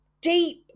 deep